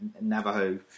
Navajo